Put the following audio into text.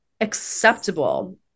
acceptable